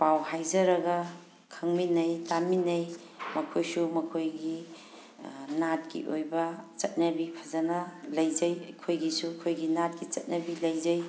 ꯄꯥꯎ ꯍꯥꯏꯖꯔꯒ ꯈꯪꯃꯤꯟꯅꯩ ꯇꯥꯃꯤꯟꯅꯩ ꯃꯈꯣꯏꯁꯨ ꯃꯈꯣꯏꯒꯤ ꯅꯥꯠꯀꯤ ꯑꯣꯏꯕ ꯆꯠꯅꯕꯤ ꯐꯖꯅ ꯂꯩꯖꯩ ꯑꯩꯈꯣꯏꯒꯤꯁꯨ ꯑꯩꯈꯣꯏꯒꯤ ꯅꯥꯠꯀꯤ ꯆꯠꯅꯕꯤ ꯂꯩꯖꯩ